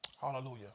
Hallelujah